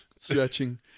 stretching